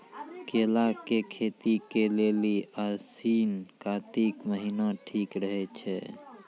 केला के खेती के लेली आसिन कातिक महीना ठीक रहै छै